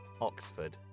Oxford